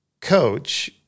coach